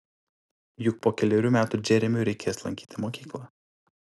juk po kelerių metų džeremiui reikės lankyti mokyklą